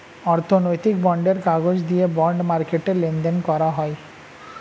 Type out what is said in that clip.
অর্থনৈতিক বন্ডের কাগজ দিয়ে বন্ড মার্কেটে লেনদেন করা হয়